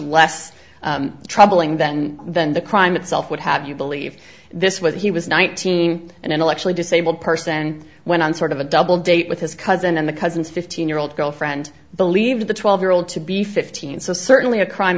less troubling than than the crime itself would have you believe this was he was nineteen and intellectually disabled person went on sort of a double date with his cousin and the cousin's fifteen year old girlfriend the leave the twelve year old to be fifteen so certainly a crime